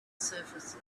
surfaces